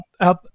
out